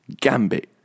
Gambit